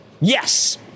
Yes